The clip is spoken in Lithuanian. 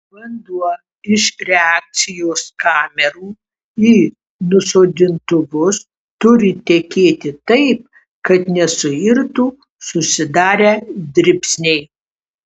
vanduo iš reakcijos kamerų į nusodintuvus turi tekėti taip kad nesuirtų susidarę dribsniai